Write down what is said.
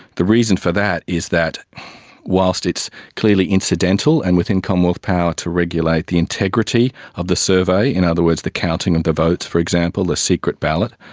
the reason for that is that whilst it's clearly incidental and within commonwealth power to regulate the integrity of the survey, in other words, the counting of the votes for example, the secret ballot,